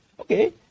okay